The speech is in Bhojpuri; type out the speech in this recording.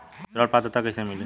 ऋण पात्रता कइसे मिली?